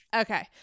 Okay